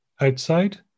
outside